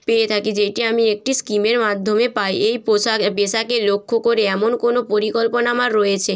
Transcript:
পেয়ে থাকি যেইটি আমি একটি স্কিমের মাধ্যমে পাই এই পোষাক পেশাকে লক্ষ্য করে এমন কোনো পরিকল্পনা আমার রয়েছে